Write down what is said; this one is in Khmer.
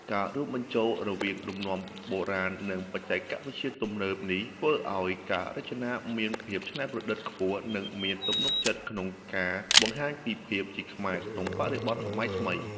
ការរួមបញ្ចូលរវាងលំនាំបុរាណ និងបច្ចេកវិទ្យាទំនើបនេះ ធ្វើឲ្យការរចនាមានភាពច្នៃប្រឌិត ខ្ពស់ និងមានទំនុកចិត្តក្នុងការបង្ហាញពីភាពជាខ្មែរ នៅក្នុងបរិបទសម័យថ្មី។